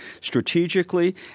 strategically